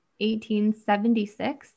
1876